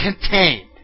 contained